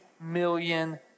million